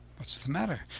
what is the matter?